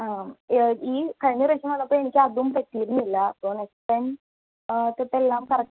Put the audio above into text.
ആ ഈ കഴിഞ്ഞ പ്രാവശ്യം വന്നപ്പം എനിക്കതും പറ്റിയിരുന്നില്ല അപ്പോൾ നെക്സ്റ്റ് ടൈം ഫുഡ് എല്ലാം കറക്